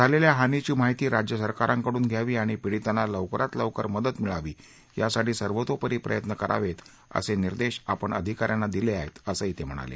झालेल्या हानीची माहिती राज्यसरकारकडून घ्यावी आणि पीडितांना लवकरात लवकर मदत मिळावी यासाठी सर्वतोपरी प्रयत्न करावेत असे निर्देश आपण अधिका यांना दिले आहेत असं ते म्हणाले